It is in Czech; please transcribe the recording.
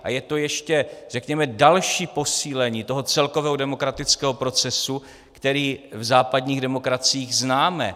A je to ještě řekněme další posílení toho celkového demokratického procesu, který v západních demokraciích známe.